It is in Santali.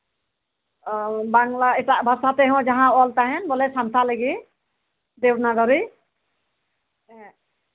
ᱚ ᱵᱟᱝᱞᱟ ᱮᱴᱟᱜ ᱵᱷᱟᱥᱟ ᱛᱮᱦᱚᱸ ᱡᱟᱦᱟᱸ ᱚᱞ ᱛᱟᱦᱮᱸᱱ ᱵᱚᱞᱮ ᱥᱟᱱᱛᱟᱞᱤ ᱜᱮ ᱫᱮᱵᱱᱟᱜᱚᱨᱤ